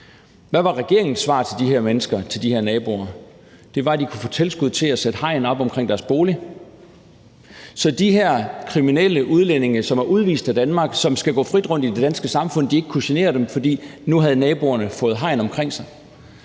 svar til de her mennesker, til de her naboer? Det var, at de kunne få tilskud til at sætte hegn op omkring deres bolig, så de her kriminelle udlændinge, som er udvist af Danmark, og som kan gå frit rundt i det danske samfund, ikke kunne genere dem. For nu havde naboerne fået hegn omkring sig.